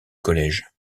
collège